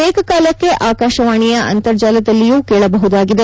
ಏಕಕಾಲಕ್ಕೆಆಕಾಶವಾಣಿಯ ಅಂತರ್ಜಾಲದಲ್ಲಿಯೂ ಕೇಳಬಹುದಾಗಿದೆ